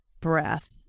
breath